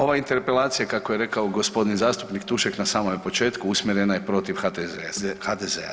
Ova interpelacija, kako je rekao g. zastupnik Tušek na samom početku, usmjerena je protiv HDZ-a.